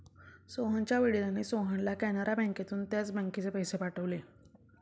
सोहनच्या वडिलांनी सोहनला कॅनरा बँकेतून त्याच बँकेत पैसे पाठवले